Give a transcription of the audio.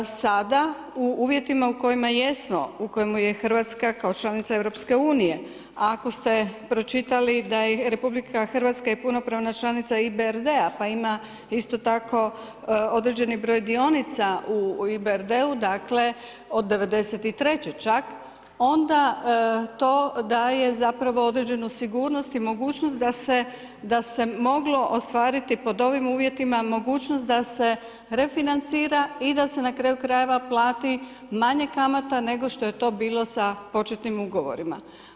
Sada u uvjetima u kojima u kojima jesmo, u kojima je Hrvatska kao članica EU-a ako ste pročitali da je Republika Hrvatska punopravna članica EBRD-a pa ima isto tako određeni broj dionica u EBRD-u, dakle od '93. čak, onda to daje zapravo određenu sigurnost i mogućnost da se moglo ostvariti pod ovim uvjetima mogućnost da se refinancira i da se na kraju krajeva plati manje kamata nego što je to bilo sa početnim ugovorima.